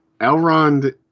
Elrond